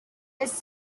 his